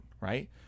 right